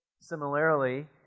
similarly